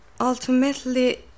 ultimately